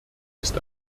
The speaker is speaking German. ist